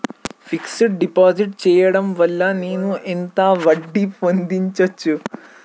Fix డ్ deposit చేయటం వల్ల నేను ఎంత వడ్డీ పొందచ్చు?